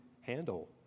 handle